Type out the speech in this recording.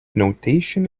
notation